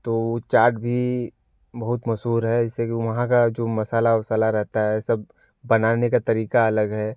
तो चाट भी बहुत मशहूर है जैसे कि वहाँ का जो मसाला वसाला रहता है सब बनाने का तरीक़ा अलग है